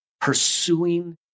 pursuing